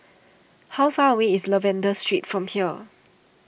how far away is Lavender Street from here